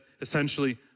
essentially